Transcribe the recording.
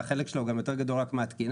והחלק שלה הוא גם יותר גדול רק מהתקינה,